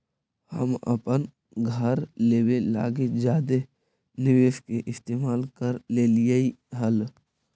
हम अपन घर लेबे लागी जादे निवेश के इस्तेमाल कर लेलीअई हल